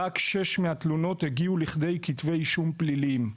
רק שש מהתלונות הגיעו לכדי כתבי אישום פליליים.